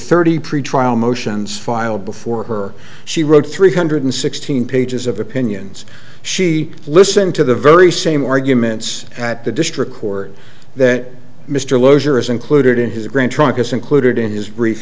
the pretrial motions filed before her she wrote three hundred sixteen pages of opinions she listened to the very same arguments that the district court that mr loser is included in his grand trunk is included in his brief